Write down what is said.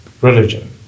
religion